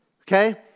Okay